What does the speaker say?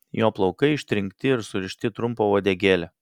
jo plaukai ištrinkti ir surišti į trumpą uodegėlę